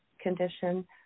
condition